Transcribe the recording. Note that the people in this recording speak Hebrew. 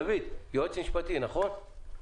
דוד, אתה יועץ משפטי, נכון?